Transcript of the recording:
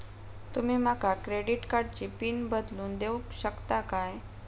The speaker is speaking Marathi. तुमी माका क्रेडिट कार्डची पिन बदलून देऊक शकता काय?